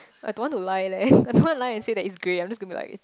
I don't want to lie leh I don't to lie and say that it's grey I'm just gonna be like